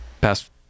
past